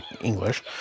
English